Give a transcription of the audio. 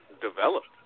developed